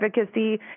Advocacy